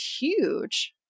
huge